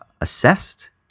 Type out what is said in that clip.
assessed